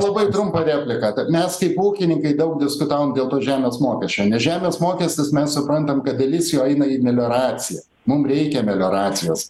labai trumpą repliką kad mes kaip ūkininkai daug diskutavom dėl to žemės mokesčio žemės mokestis mes suprantam kad dalis jo eina į melioraciją mum reikia melioracijos